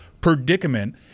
predicament